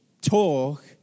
talk